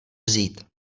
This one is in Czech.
vzít